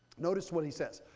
notice what he says.